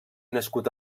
nascut